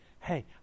Hey